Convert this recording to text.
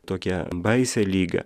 tokia baisia liga